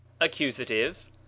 accusative